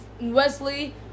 Wesley